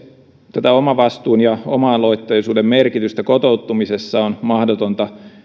tätä omavastuun ja oma aloitteisuuden merkitystä kotoutumisessa on mahdotonta